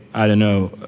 i don't know,